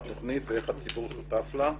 היכן התוכנית ואיך הציבור שותף לה.